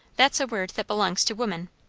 that's a word that belongs to women.